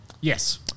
Yes